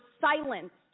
silenced